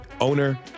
owner